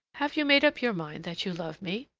have you made up your mind that you love me?